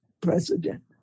president